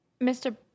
Mr